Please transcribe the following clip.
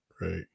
right